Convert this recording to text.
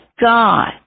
God